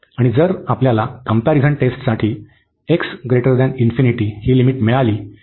आणि जर आम्हाला कम्पॅरिझन टेस्टसाठी x ही लिमिट मिळाली